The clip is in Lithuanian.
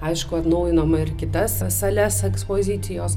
aišku atnaujinom ir kitas sales ekspozicijos